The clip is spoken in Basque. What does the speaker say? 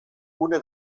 gune